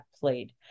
played